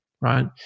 right